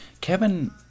Kevin